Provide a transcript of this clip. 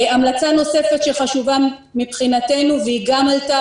המלצה נוספת שחשובה מבחינתנו והיא גם עלתה